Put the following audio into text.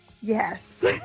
Yes